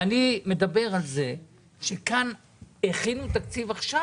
אני מדבר על זה שכאן הכינו תקציב עכשיו,